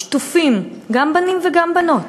גם בנים וגם בנות,